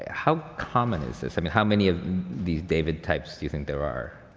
how common is this? i mean, how many of these david types do you think there are?